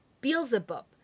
Beelzebub